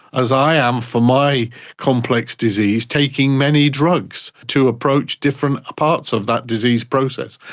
as i am for my complex disease, taking many drugs to approach different parts of that disease process,